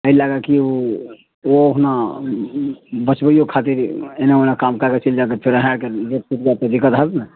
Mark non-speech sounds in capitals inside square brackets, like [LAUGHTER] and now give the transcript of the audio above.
एहि लए कऽ कि ओ ओहुना बचबैयो खातिर एने ओने काम कए कऽ चलि जाएत तऽ फेर अहाँ कऽ [UNINTELLIGIBLE] दिक्कत होएत ने